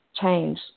change